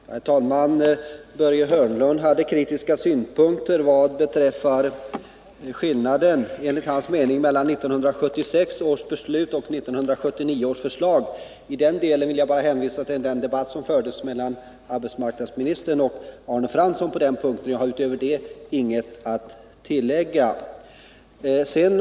Herr talman! Börje Hörnlund hade kritiska synpunkter i fråga om den skillnad som enligt hans åsikt fanns mellan 1976 års beslut och 1979 års förslag. I den delen vill jag bara hänvisa till den debatt som fördes tidigare i dag mellan arbetsmarknadsministern och Arne Fransson. Jag har utöver det inget att tillägga.